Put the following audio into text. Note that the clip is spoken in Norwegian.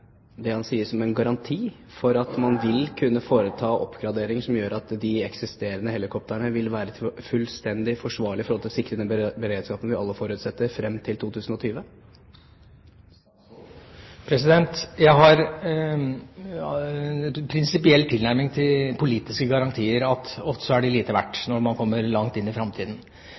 en garanti for at man vil kunne foreta oppgraderinger som gjør at de eksisterende helikoptrene vil være fullstendig forsvarlige for å sikre den beredskapen vi alle forutsetter frem til 2020? Jeg har en prinsipiell tilnærming til politiske garantier – ofte er de lite verdt når man kommer langt inn i framtiden.